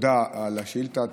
תודה על השאילתה.